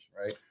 right